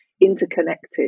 interconnected